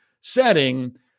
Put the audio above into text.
setting